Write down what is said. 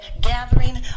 gathering